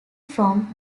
from